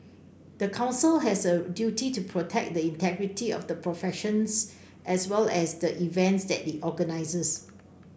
the Council has a duty to protect the integrity of the professions as well as the events that it organises